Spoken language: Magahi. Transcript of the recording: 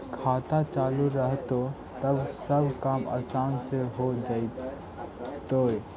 खाता चालु रहतैय तब सब काम आसान से हो जैतैय?